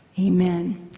Amen